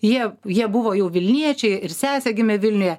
jie jie buvo jau vilniečiai ir sesė gimė vilniuje